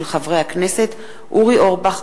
של חברי הכנסת אורי אורבך,